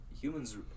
humans